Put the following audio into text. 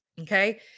Okay